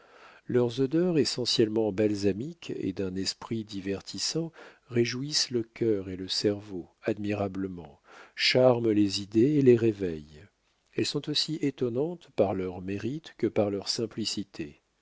leurs odeurs essentiellement balsamiques et d'un esprit divertissant réjouissent le cœur et le cerveau admirablement charment les idées et les réveillent elles sont aussi étonnantes par leur mérite que par leur simplicité